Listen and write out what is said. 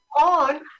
on